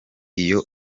iyo